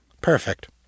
Perfect